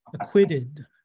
acquitted